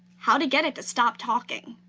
how to get it to stop talking.